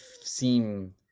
seem